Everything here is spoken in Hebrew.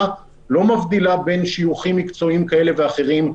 לא מבדילה בין שיוכים מקצועיים כאלה ואחרים,